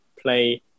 play